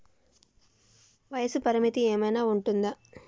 వయస్సు పరిమితి ఏమైనా ఉంటుందా?